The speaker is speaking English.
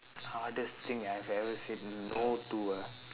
hardest thing I have ever said n~ no to ah